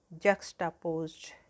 juxtaposed